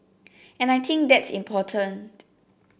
and I think that's important